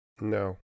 No